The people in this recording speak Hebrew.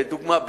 לדוגמה,